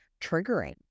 triggering